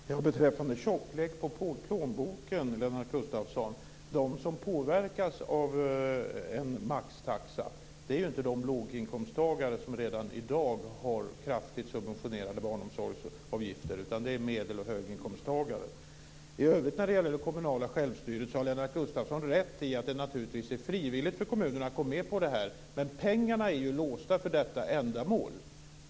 Fru talman! Beträffande detta med tjocklek på plånboken, Lennart Gustavsson: De som påverkas av en maxtaxa är ju inte de låginkomsttagare, som redan i dag har kraftigt subventionerade barnomsorgsavgifter, utan det är medel och höginkomsttagare. I övrigt när det gäller det kommunala självstyret har Lennart Gustavsson rätt i att det naturligtvis är frivilligt för kommunerna att gå med på det här. Men pengarna är ju låsta för detta ändamål.